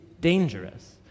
dangerous